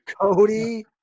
Cody